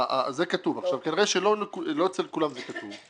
כנראה שלא אצל כולם זה כתוב.